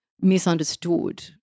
misunderstood